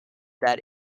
that